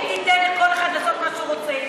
אבל אם תיתן לכל אחד לעשות מה שהוא רוצה,